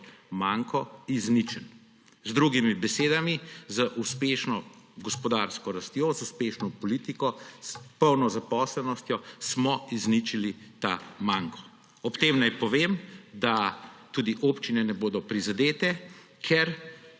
manko, izničen. Z drugimi besedami, z uspešno gospodarsko rastjo, z uspešno politiko, polno zaposlenostjo, smo izničili ta manko. Ob tem naj povem, da tudi občine ne bodo prizadete, ker